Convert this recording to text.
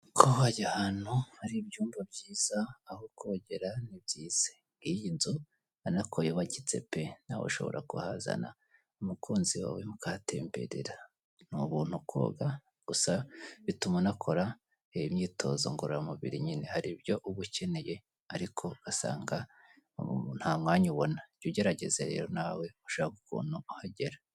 Kuba wajya ahantu hari ibyumba byiza aho kogera ni byiza. Nk'iyi nzu urabona ko y'ubakitse pe, nawe ushobora kuhazana umukunzi wawe mukahatemberera n'ubuntu koga gusa bituma un'akora iyi myitozo ngorora mubiri nyine, hari ibyo uba ukeneye ariko ugasanga nta mwanya ubona .Jya ugerageza rero nawe ushake ukuntu uhagera.